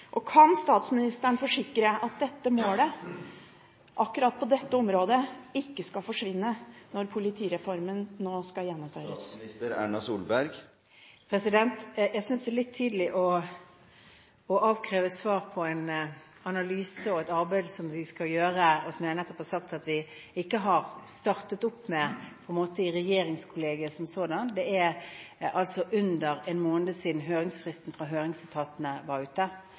Kan statsministeren forsikre om at målsettingen på akkurat dette området ikke vil forsvinne når politireformen skal gjennomføres? Jeg synes det er litt tidlig å avkreve svar på en analyse og et arbeid som vi skal gjøre, og som jeg nettopp har sagt at vi ikke har startet med i regjeringskollegiet som sådant. Det er under en måned siden høringsfristen for høringsetatene var ute.